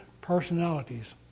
personalities